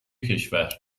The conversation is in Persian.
کشور